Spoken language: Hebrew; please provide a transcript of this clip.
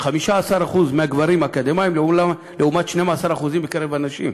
15% מהגברים אקדמאים, לעומת 12% מקרב הנשים.